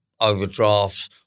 overdrafts